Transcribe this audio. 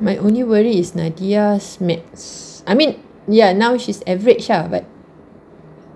my only worry is nadia's math I mean ya now she's average ah but